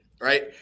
Right